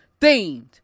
themed